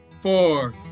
four